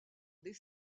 des